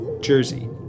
Jersey